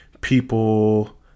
People